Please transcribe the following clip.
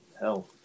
hell